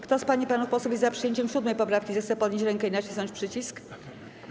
Kto z pań i panów posłów jest za przyjęciem 7. poprawki, zechce podnieść rękę i nacisnąć przycisk.